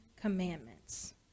commandments